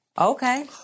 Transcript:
okay